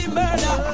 murder